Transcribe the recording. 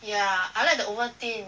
yeah I like the Ovaltine